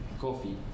coffee